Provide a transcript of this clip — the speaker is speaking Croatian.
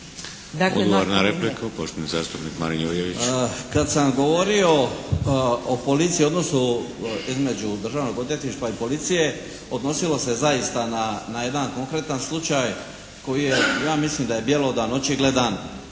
Odgovor na repliku poštovani zastupnik Marin Jurjević. **Jurjević, Marin (SDP)** Kad sam govorio o policiji, o odnosu između Državnog odvjetništva i policije odnosilo se zaista na jedan konkretan slučaj koji ja mislim da je bjelodan, očigledan